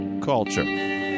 culture